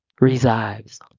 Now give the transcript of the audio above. resides